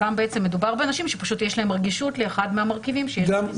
מדובר באנשים שיש להם רגישות לאחד מהמרכיבים של החיסון.